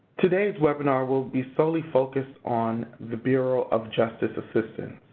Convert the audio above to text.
today's webinar will be solely focused on the bureau of justice assistance.